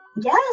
yes